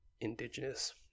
indigenous